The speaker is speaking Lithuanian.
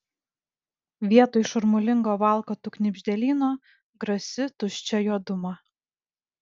vietoj šurmulingo valkatų knibždėlyno grasi tuščia juoduma